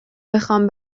بخوام